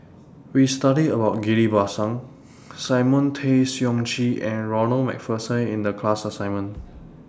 We studied about Ghillie BaSan Simon Tay Seong Chee and Ronald MacPherson in The class assignment